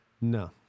no